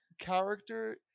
character